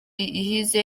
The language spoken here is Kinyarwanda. iheze